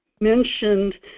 mentioned